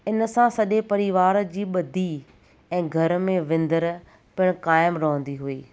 इनसां सॼे परिवार जी ॿधी ऐं घर में विंदर पिणु काइमु रहंदी हुई